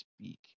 speak